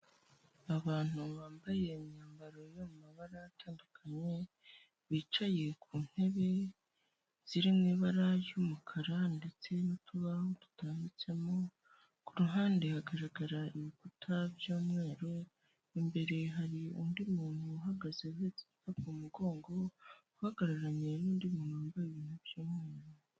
Abantu bambaye imyambaro yo mu mabara atandukanye, bicaye ku ntebe ziri mu ibara ry'umukara ndetse n'utubaho dutambitsemo ku ruhande, hagaragara ibikuta by'umweru, imbere hari undi muntu uhagaze uhetse igikapu ku mugongo, uhagararanye n'undi muntu wambaye ibintu by'umweru.